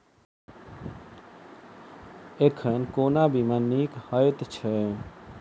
एखन कोना बीमा नीक हएत छै?